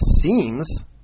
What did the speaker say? seems